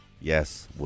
Yes